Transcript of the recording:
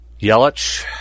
Yelich